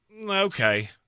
Okay